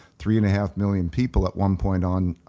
three and a half million people at one point on